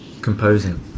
composing